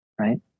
Right